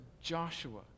Joshua